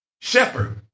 shepherd